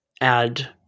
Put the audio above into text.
add